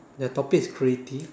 the topic is creative